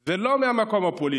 ולא מהמקום הפוליטי,